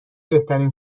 بهترین